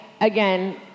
again